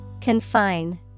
Confine